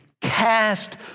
Cast